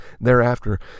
Thereafter